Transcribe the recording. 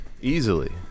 easily